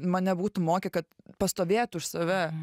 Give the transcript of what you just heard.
mane būtų mokę kad pastovėt už save